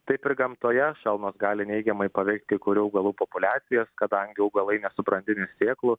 taip ir gamtoje šalnos gali neigiamai paveikt kai kurių augalų populiacijas kadangi augalai nesubrandinę sėklų